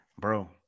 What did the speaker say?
Bro